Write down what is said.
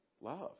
love